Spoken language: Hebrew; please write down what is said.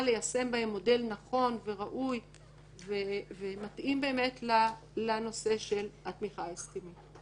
ליישם בהם מודל נכון וראוי ומתאים לנושא של התמיכה ההסכמית.